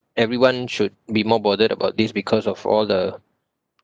everyone should be more bothered about this because of all the